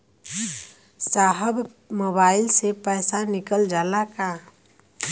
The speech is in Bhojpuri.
साहब मोबाइल से पैसा निकल जाला का?